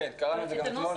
קראנו אותה.